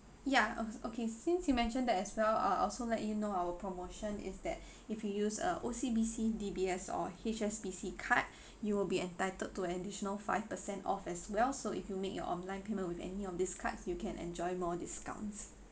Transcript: yeah ok~ okay since you mentioned that as well uh I'll also like you know our promotion is that if you use uh O_C_B_C D_B_S or H_S_B_C card you will be entitled to additional five percent off as well so if you make your online payment with any of these cards you can enjoy more discounts